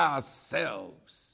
ourselves